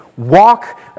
Walk